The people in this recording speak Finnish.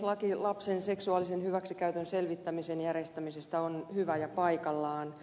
laki lapsen seksuaalisen hyväksikäytön selvittämisen järjestämisestä on hyvä ja paikallaan